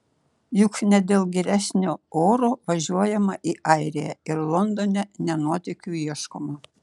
juk ne dėl geresnio oro važiuojama į airiją ir londone ne nuotykių ieškoma